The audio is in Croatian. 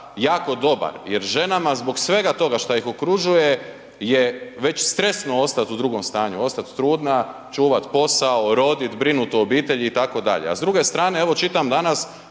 jako dobar jer ženama zbog svega toga šta ih okružuje je već stresno ostat u drugom stanju, ostat trudna, čuvat posao, rodit, brinut o obitelji itd. A s druge strane, evo čitam danas